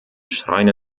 schreine